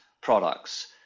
products